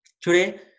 today